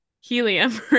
helium